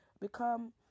become